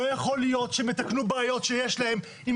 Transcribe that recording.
לא יכול להיות שהם יתקנו בעיות שיש להם עם